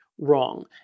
wrong